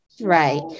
Right